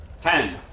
Ten